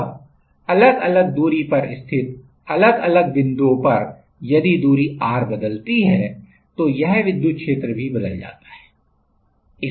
अब अलग अलग दूरी पर स्थित अलग अलग बिंदुओं पर यदि दूरी r बदलती है तो यह विद्युत क्षेत्र भी बदल जाता है